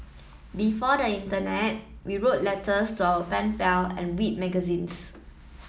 before the Internet we wrote letters to our pen pal and read magazines